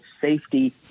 safety